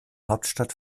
hauptstadt